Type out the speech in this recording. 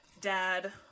dad